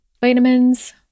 vitamins